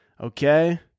Okay